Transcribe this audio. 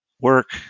work